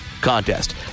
contest